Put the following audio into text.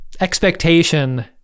expectation